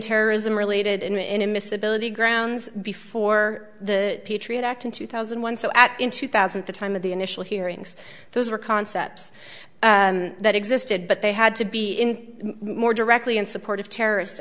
terrorism related inadmissibility grounds before the patriot act in two thousand and one so at in two thousand the time of the initial hearings those were concepts that existed but they had to be in more directly in support of terrorist